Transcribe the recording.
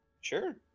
sure